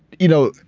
you know.